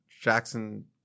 Jackson